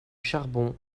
charbon